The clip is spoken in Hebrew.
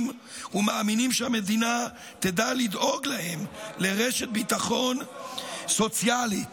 ומאמינים שהמדינה תדע לדאוג להם לרשת ביטחון סוציאלית.